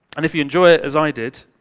and if you enjoy it as i did,